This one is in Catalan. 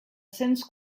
cents